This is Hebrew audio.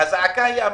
הזעקה היא אמיתית.